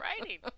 writing